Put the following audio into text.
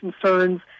concerns